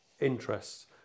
interests